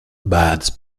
bēdas